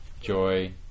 joy